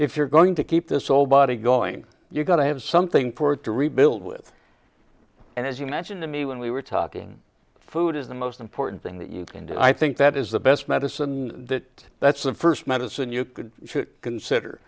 if you're going to keep this whole body going you've got to have something forward to rebuild with and as you mentioned to me when we were talking food is the most important thing that you can do i think that is the best medicine that that's the first medicine you could consider